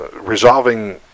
resolving